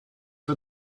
for